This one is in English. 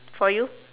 for you